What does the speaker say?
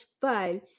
fun